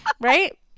Right